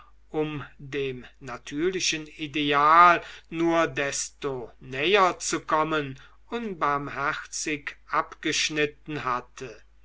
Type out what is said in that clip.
um dem natürlichen ideal nur desto näher zu kommen unbarmherzig abgeschnitten hatte